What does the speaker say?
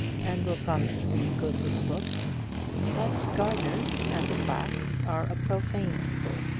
and will promise to read good little books but gardeners, as a class, are a profane people,